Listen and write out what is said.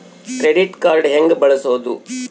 Credit card ಹೆಂಗ ಬಳಸೋದು?